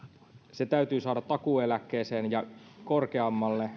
se täytyy saada takuueläkkeeseen ja korkeammaksi